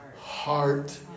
heart